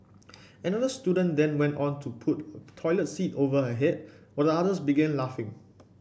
another student then went on to put a toilet seat over her head while the others began laughing